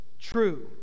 true